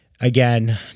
again